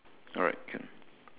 alright can